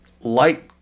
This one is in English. light